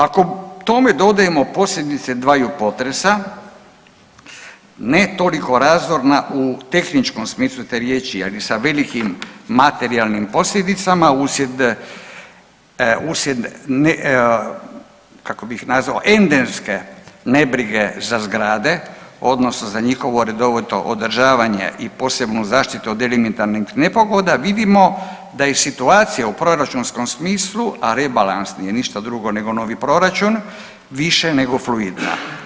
Ako tome dodamo posljedice dvaju potresa, ne toliko razorna u tehničkom smislu te riječi ali sa velikim materijalnim posljedicama, uslijed, kako bih nazvao, endemske nebrige za zgrade, odnosno za njihovo redovito održavanje i posebno zaštitu od elementarnih nepogoda, vidimo da je situacija u proračunskom smislu, a rebalans nije ništa drugo nego novi proračun, više nego fluidna.